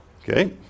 Okay